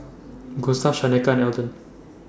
Gustav Shaneka and Elden